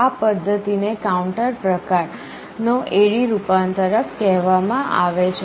આ પદ્ધતિને કાઉન્ટર પ્રકાર નો AD રૂપાંતરક કહેવામાં આવે છે